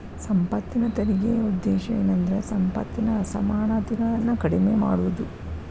ಸಂಪತ್ತಿನ ತೆರಿಗೆ ಉದ್ದೇಶ ಏನಂದ್ರ ಸಂಪತ್ತಿನ ಅಸಮಾನತೆಗಳನ್ನ ಕಡಿಮೆ ಮಾಡುದು